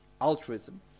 altruism